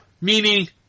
Meaning